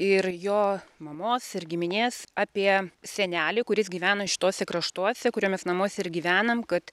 ir jo mamos ir giminės apie senelį kuris gyveno šituose kraštuose kurio mes namuose ir gyvenam kad